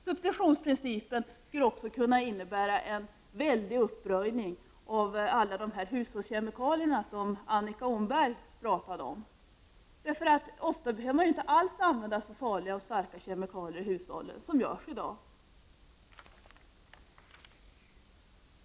Substitutionsprincipen skulle också innebära en uppröjning av alla de hushållskemikalier som Annika Åhnberg talade om. Ofta behöver man inte alls använda så starka och farliga kemikalier i hushållen som i dag används.